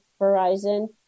Verizon